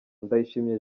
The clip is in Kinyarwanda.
ndayishimiye